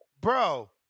Bro